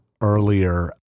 earlier